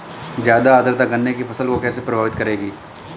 ज़्यादा आर्द्रता गन्ने की फसल को कैसे प्रभावित करेगी?